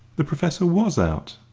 the professor was out,